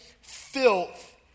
filth